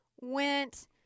went